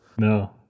no